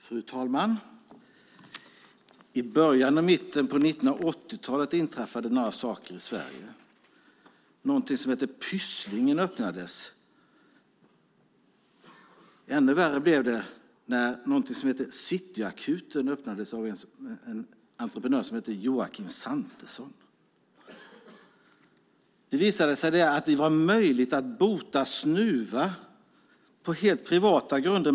Fru talman! I början och i mitten av 1980-talet inträffade några saker i Sverige. Någonting som hette Pysslingen öppnades. Ännu värre blev det när någonting som heter Cityakuten öppnades av en entreprenör som heter Joakim Santesson. Det visade sig att det var möjligt att bota snuva i en helt privat verksamhet.